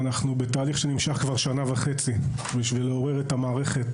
אנחנו בתהליך שנמשך כבר שנה וחצי בשביל לעורר את המערכת